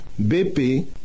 BP